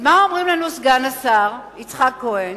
אז מה אומרים לנו, סגן השר יצחק כהן?